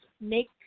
make